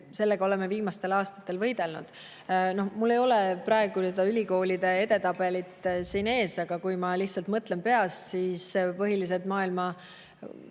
sellega oleme viimastel aastatel võidelnud. Mul ei ole praegu ülikoolide edetabelit siin ees, aga kui ma lihtsalt [ütlen] peast, siis põhilised maailma